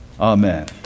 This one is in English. Amen